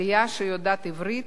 עלייה שיודעת עברית,